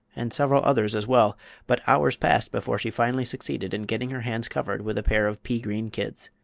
and several others, as well but hours passed before she finally succeeded in getting her hands covered with a pair of pea-green kids.